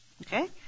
Okay